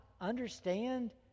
understand